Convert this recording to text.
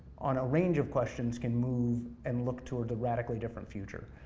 on a range of questions, can move and look towards a radically different future.